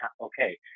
okay